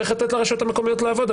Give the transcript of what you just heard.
צריך לתת לרשויות המקומיות לעבוד.